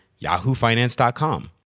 yahoofinance.com